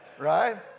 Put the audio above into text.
Right